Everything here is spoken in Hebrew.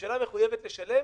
הממשלה מחויבת לשלם